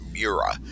Mura